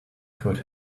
could